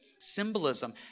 symbolism